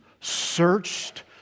searched